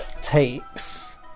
takes